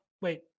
wait